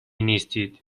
نیستید